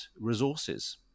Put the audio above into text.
resources